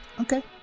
Okay